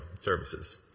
services